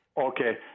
okay